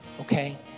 okay